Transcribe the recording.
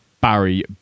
Barry